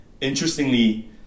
Interestingly